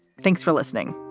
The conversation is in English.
thanks for listening.